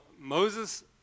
Moses